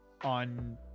on